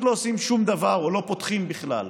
לא עושים שום דבר או לא פותחים בכלל.